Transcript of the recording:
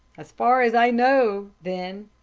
as far as i know, then,